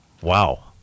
wow